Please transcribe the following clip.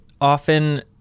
often